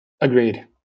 Agreed